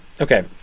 okay